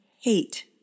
hate